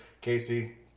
Casey